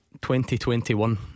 2021